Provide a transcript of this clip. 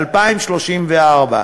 ב-2034.